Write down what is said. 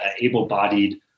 able-bodied